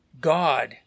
God